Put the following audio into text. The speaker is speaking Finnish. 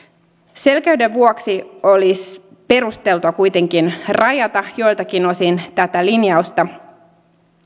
selkeyden vuoksi olisi perusteltua kuitenkin rajata joiltakin osin tätä linjausta